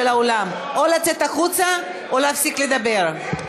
האולם או לצאת החוצה או להפסיק לדבר.